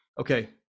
okay